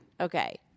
Okay